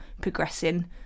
progressing